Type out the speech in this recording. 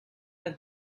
have